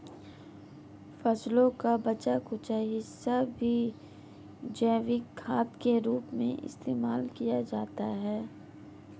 फसलों का बचा कूचा हिस्सा भी जैविक खाद के रूप में इस्तेमाल किया जाता है